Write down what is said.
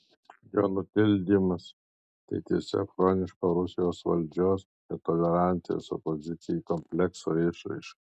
jo nutildymas tai tiesiog chroniško rusijos valdžios netolerancijos opozicijai komplekso išraiška